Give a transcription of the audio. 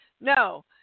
No